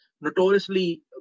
notoriously